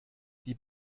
die